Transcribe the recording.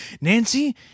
Nancy